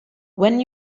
when